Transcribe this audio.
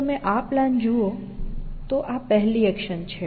જો તમે આ પ્લાન જુઓ તો આ પહેલી એક્શન છે